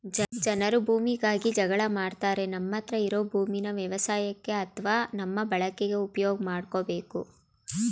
ಜನರು ಭೂಮಿಗಾಗಿ ಜಗಳ ಆಡ್ತಾರೆ ನಮ್ಮತ್ರ ಇರೋ ಭೂಮೀನ ವ್ಯವಸಾಯಕ್ಕೆ ಅತ್ವ ನಮ್ಮ ಬಳಕೆಗೆ ಉಪ್ಯೋಗ್ ಮಾಡ್ಕೋಬೇಕು